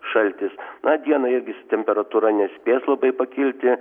šaltis ną dieną irgi s temperatūra nespės labai pakilti